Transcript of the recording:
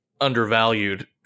undervalued